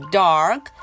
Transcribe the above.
dark